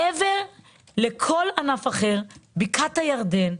מעבר לכל ענף אחר, בקעת הירדן,